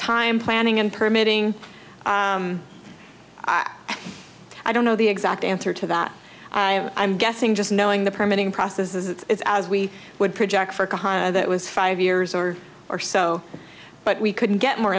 time planning and permitting i don't know the exact answer to that i'm guessing just knowing the permitting process is it's as we would project for kahaani that was five years or or so but we couldn't get more